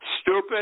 Stupid